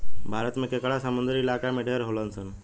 भारत में केकड़ा समुंद्री इलाका में ढेर होलसन